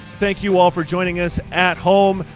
thank you all for joining us at home,